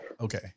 Okay